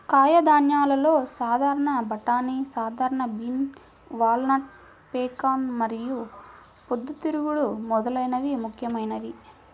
కాయధాన్యాలలో సాధారణ బఠానీ, సాధారణ బీన్, వాల్నట్, పెకాన్ మరియు పొద్దుతిరుగుడు మొదలైనవి ముఖ్యమైనవి